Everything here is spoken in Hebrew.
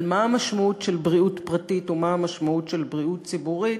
על המשמעות של בריאות פרטית והמשמעות של בריאות ציבורית,